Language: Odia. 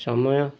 ସମୟ